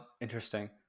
interesting